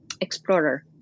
explorer